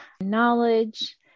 knowledge